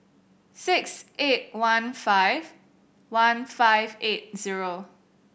six eight one five one five eight zero